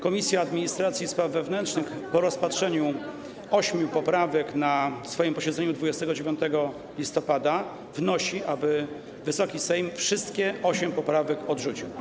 Komisja Administracji i Spraw Wewnętrznych po rozpatrzeniu ośmiu poprawek na posiedzeniu 29 listopada wnosi, aby Wysoki Sejm wszystkie osiem poprawek odrzucił.